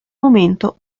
momento